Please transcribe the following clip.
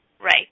Right